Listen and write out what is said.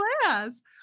class